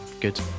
good